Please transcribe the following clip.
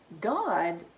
God